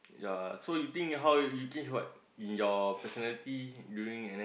yea so you think how you change what in your personality during N_S